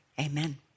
Amen